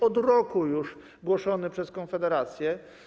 Od roku już jest głoszony przez Konfederację.